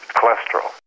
cholesterol